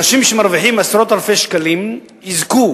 אנשים שמרוויחים עשרות אלפי שקלים יזכו